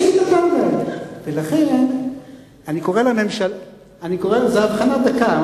אני קורא לזה אבחנה דקה.